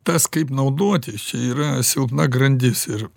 tas kaip naudotis čia yra silpna grandis ir